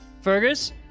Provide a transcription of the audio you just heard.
Fergus